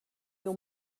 your